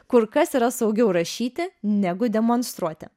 kur kas yra saugiau rašyti negu demonstruoti